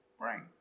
bring